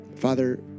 Father